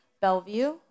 Bellevue